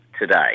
today